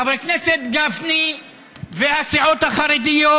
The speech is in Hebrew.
חבר הכנסת גפני והסיעות החרדיות,